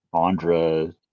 Andra